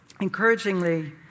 Encouragingly